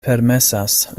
permesas